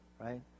right